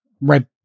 right